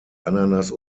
ananas